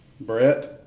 Brett